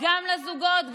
גם לזוגות,